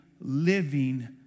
living